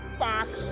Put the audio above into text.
box